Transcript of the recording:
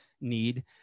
need